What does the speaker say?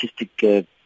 artistic